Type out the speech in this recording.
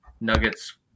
Nuggets